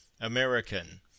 American